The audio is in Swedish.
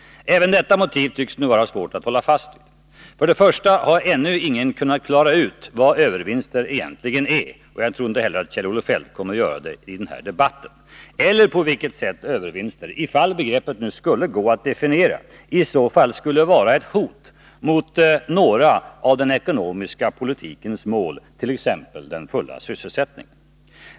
Även detta motiv tycks nu vara svårt att hålla fast vid. För det första har ännu ingen kunnat klara ut vad övervinster egentligen är — och jag tror inte heller att Kjell-Olof Feldt kommer att göra det i den här debatten — eller på vilket sätt övervinster, ifall begreppet skulle gå att definiera, skulle vara ett hot mot några av den ekonomiska politikens mål, t.ex. den fulla sysselsättningen.